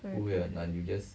right